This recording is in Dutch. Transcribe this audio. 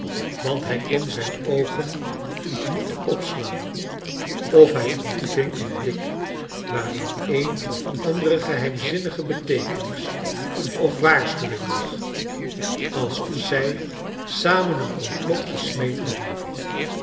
want hrj kon zijn oogen niet opslaan of hi ontving een blik waarin een of andere geheimzinnige beteekenis of waarschuwing lag alsof zrj samen een komplot gesmeed hadden